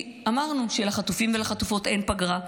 אמרנו שלחטופים ולחטופות אין פגרה,